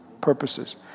purposes